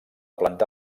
planta